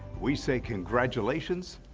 we say congratulations.